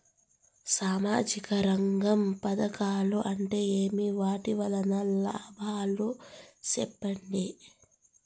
సామాజిక రంగం పథకాలు అంటే ఏమి? వాటి వలన లాభాలు సెప్పండి?